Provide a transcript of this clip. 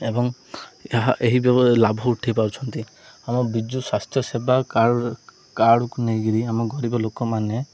ଏବଂ ଏହା ଏହି ଲାଭ ଉଠାଇ ପାରୁଛନ୍ତି ଆମ ବିଜୁ ସ୍ୱାସ୍ଥ୍ୟ ସେବା କାର୍ଡ଼ କାର୍ଡ଼କୁ ନେଇ କିରି ଆମ ଗରିବ ଲୋକମାନେ